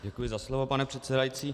Děkuji za slovo, pane předsedající.